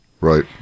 Right